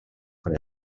fred